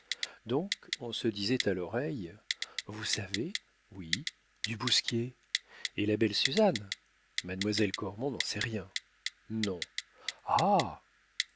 donc on se disait à l'oreille vous savez oui du bousquier et la belle suzanne mademoiselle cormon n'en sait rien non ah